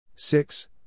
Six